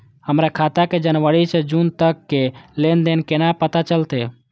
हमर खाता के जनवरी से जून तक के लेन देन केना पता चलते?